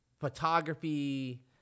photography